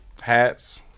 hats